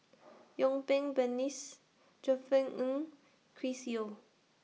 Yuen Peng Josef Ng Chris Yeo